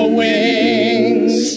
wings